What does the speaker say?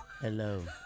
Hello